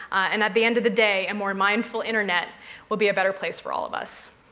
and at the end of the day, a more mindful internet will be a better place for all of us.